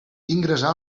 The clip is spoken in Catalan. ingressà